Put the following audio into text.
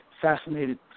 fascinated